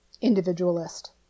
individualist